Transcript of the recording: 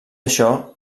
això